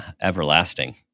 everlasting